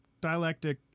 dialectic